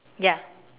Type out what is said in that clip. ya